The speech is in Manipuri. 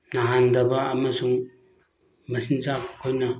ꯅꯥꯍꯟꯗꯕ ꯑꯃꯁꯨꯡ ꯃꯆꯤꯟꯖꯥꯛ ꯑꯩꯈꯣꯏꯅ